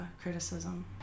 criticism